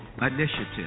initiative